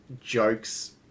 jokes